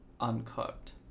uncooked